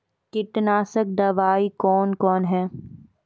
कीटनासक दवाई कौन कौन हैं?